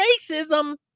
racism